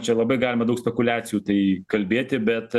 čia labai galima daug spekuliacijų tai kalbėti bet